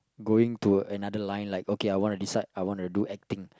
going to another line like okay I wana decide I wana do acting